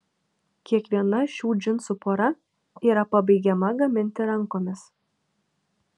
kiekviena šių džinsų pora yra pabaigiama gaminti rankomis